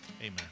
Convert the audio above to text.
Amen